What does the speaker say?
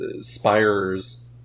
spires